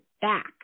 back